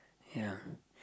ya